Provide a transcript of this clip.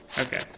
Okay